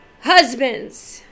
Husbands